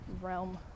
realm